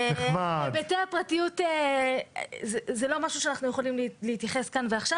היבטי הפרטיות זה לא משהו שאנחנו יכולים להתייחס אליו כאן ועכשיו.